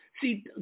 See